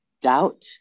doubt